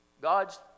God's